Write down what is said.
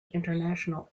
international